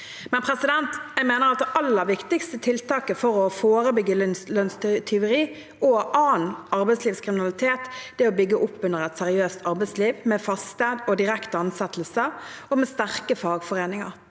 utbetalt. Jeg mener at det aller viktigste tiltaket for å forebygge lønnstyveri og annen arbeidslivskriminalitet er å bygge opp under et seriøst arbeidsliv med faste og direkte ansettelser og med sterke fagforeninger.